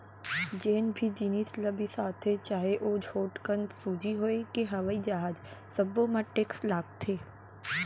जेन भी जिनिस ल बिसाथे चाहे ओ छोटकन सूजी होए के हवई जहाज सब्बो म टेक्स लागथे